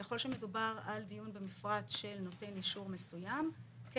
ככל שמדובר על דיון במפרט של נותן אישור מסוים כן